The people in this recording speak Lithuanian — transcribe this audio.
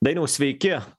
dainiau sveiki